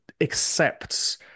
accepts